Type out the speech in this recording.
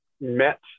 met